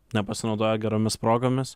nepasinaudojo geromis progomis